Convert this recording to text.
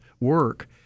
work